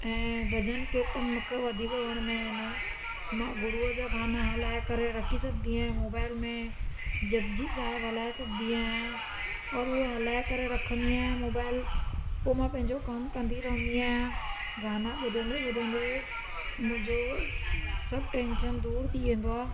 ऐं भॼनु कीर्तन मूंखे वधीक वणंदा आहिनि मां गुरूअ जा गाना हलाए करे रखी सघंदी आहियां मोबाइल में जपजी साहिब हलाए सघंदी आहियां और उहो हलाए करे रखंदी आहियां मोबाइल पोइ मां पंहिंजो कमु कंदी रहंदी आहियां गाना ॿुधंदे ॿुधंदे मुंहिंजो सभु टैंशन दूर थी वेंदो आहे